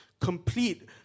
complete